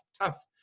tough –